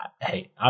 hey